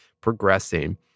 progressing